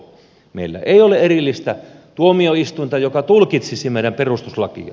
meillä ei ole erillistä tuomioistuinta joka tulkitsisi meidän perustuslakia